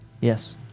Yes